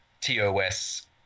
tos